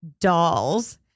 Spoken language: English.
dolls